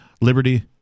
liberty